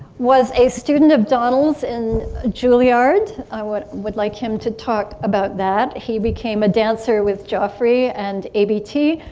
was a student of donald's in julliard. i would would like him to talk about that he became a dancer with joffrey and abt,